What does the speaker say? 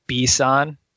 Bison